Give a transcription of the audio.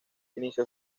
inició